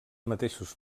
mateixos